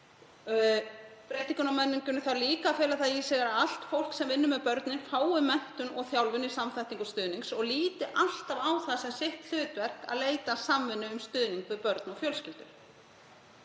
Breytingin á menningunni þarf líka að fela það í sér að allt fólk sem vinnur með börnum fái menntun og þjálfun í samþættingu stuðnings og líti alltaf á það sem sitt hlutverk að leita samvinnu um stuðning við börn og fjölskyldur.